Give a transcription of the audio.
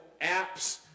apps